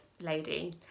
lady